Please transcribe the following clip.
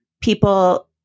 people